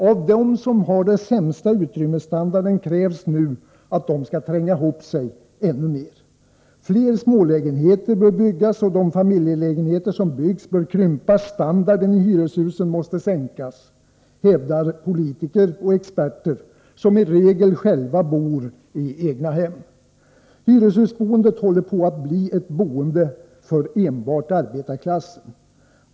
Av dem som har den sämsta utrymmesstandarden krävs nu att de skall tränga ihop sig ännu mer. Fler smålägenheter bör byggas, de familjelägenheter som byggs bör krympas och standarden i hyreshusen måste sänkas — detta hävdar politiker och experter, som i regel själva bor i egnahem. Hyreshusboendet håller på att bli ett boende för enbart arbetarklassen.